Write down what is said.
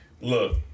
look